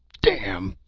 damn!